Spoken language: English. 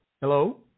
Hello